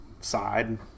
side